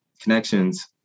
connections